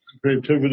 Creativity